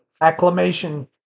acclamation